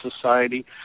society